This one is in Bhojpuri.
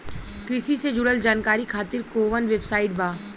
कृषि से जुड़ल जानकारी खातिर कोवन वेबसाइट बा?